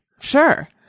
Sure